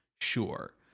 Sure